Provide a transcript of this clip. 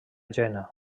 jena